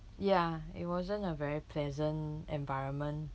ya it wasn't a very pleasant environment